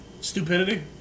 stupidity